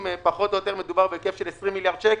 מדובר פחות או יותר בהיקף של 20 22 מיליארד שקל.